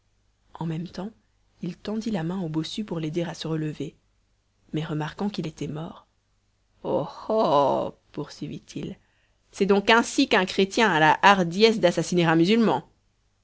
en même temps il tendit la main au bossu pour l'aider à se relever mais remarquant qu'il était mort oh oh poursuivit-il c'est donc ainsi qu'un chrétien a la hardiesse d'assassiner un musulman